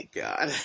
god